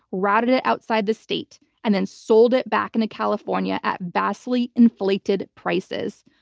routed it outside the state and then sold it back in to california at vastly inflated prices.